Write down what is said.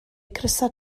crysau